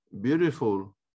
beautiful